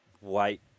wait